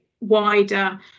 wider